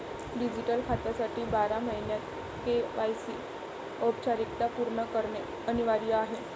digital खात्यासाठी बारा महिन्यांत के.वाय.सी औपचारिकता पूर्ण करणे अनिवार्य आहे